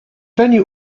venue